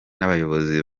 n’abayobozi